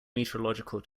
meteorological